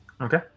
Okay